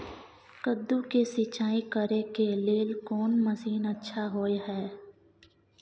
कद्दू के सिंचाई करे के लेल कोन मसीन अच्छा होय है?